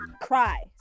cry